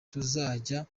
tuzajya